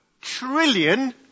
trillion